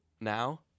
Now